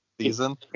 season